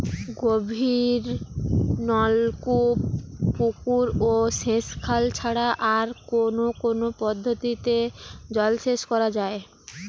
গভীরনলকূপ পুকুর ও সেচখাল ছাড়া আর কোন কোন পদ্ধতিতে জলসেচ করা যায়?